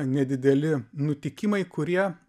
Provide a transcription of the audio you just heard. nedideli nutikimai kurie